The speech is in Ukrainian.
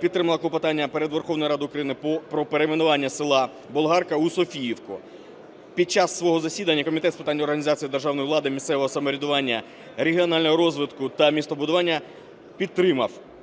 підтримала клопотання перед Верховною Радою України про перейменування села Болгарка у Софіївку. Під час свого засідання Комітет з питань організації державної влади, місцевого самоврядування, регіонального розвитку та містобудування підтримав